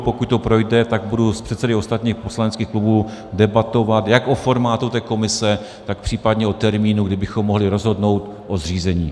Pokud to projde, tak budu s předsedy ostatních poslaneckých klubů debatovat jak o formátu komise, tak případně o termínu, kdy bychom mohli rozhodnout o zřízení.